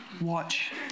watch